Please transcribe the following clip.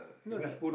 no like but